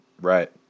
right